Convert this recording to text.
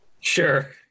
Sure